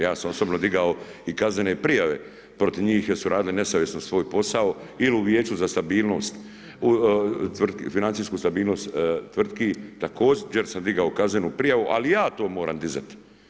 Ja sam osobno digao i kaznene prijave protiv njih jer su radili nesavjesno svoj posao il u Vijeću za stabilnost, financijsku stabilnost tvrtki, također sam digao kaznenu prijavu, ali ja to moram dizat.